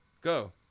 Go